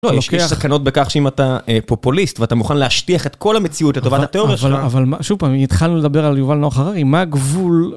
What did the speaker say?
לא, יש לי סכנות בכך שאם אתה פופוליסט, ואתה מוכן להשטיח את כל המציאות, לטובת התיאוריה שלך. אבל שוב פעם, אם התחלנו לדבר על יובל נוח הררי, מה הגבול,